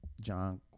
John